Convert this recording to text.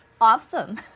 awesome